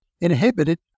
inhibited